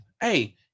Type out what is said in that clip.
Hey